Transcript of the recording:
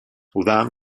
udan